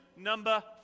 number